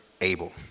Abel